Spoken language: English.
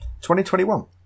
2021